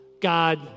God